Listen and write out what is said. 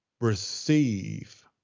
receive